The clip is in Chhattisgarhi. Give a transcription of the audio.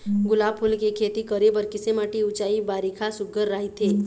गुलाब फूल के खेती करे बर किसे माटी ऊंचाई बारिखा सुघ्घर राइथे?